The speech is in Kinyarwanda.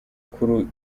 kuri